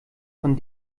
von